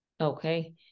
Okay